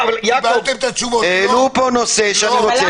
בתקנות שאושרו ביום שישי